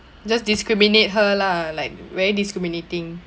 just discriminate her lah like very discriminating